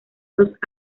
dos